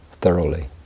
thoroughly